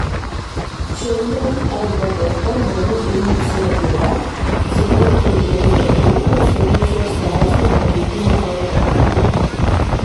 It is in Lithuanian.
šiandien lddp narių iniciatyva seimui teikiami keturių konstitucijos straipsnių pakeitimo projektai